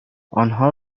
آنها